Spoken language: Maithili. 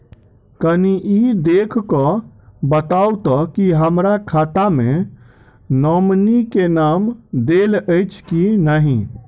कनि ई देख कऽ बताऊ तऽ की हमरा खाता मे नॉमनी केँ नाम देल अछि की नहि?